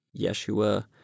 Yeshua